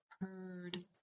heard